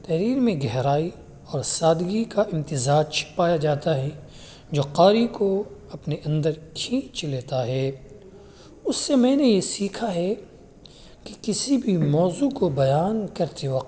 تحریر میں گہرائی اور سادگی کا امتزاج پایا جاتا ہے جو قاری کو اپنے اندر کھینچ لیتا ہے اس سے میں نے یہ سیکھا ہے کہ کسی بھی موضوع کو بیان کرتے وقت